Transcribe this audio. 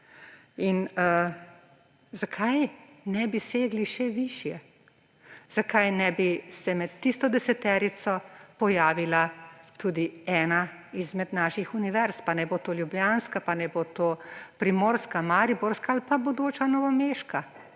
In zakaj ne bi segli še višje? Zakaj se ne bi med tisto deseterico pojavila tudi ena izmed naših univerz, pa naj bo to ljubljanska, naj bo to primorska, mariborska ali pa bodoča novomeška